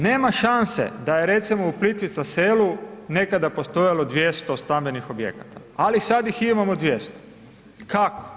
Nema šanse da je recimo u Plitvice selu nekada postojalo 200 stambenih objekata ali sad ih imamo 200, kako?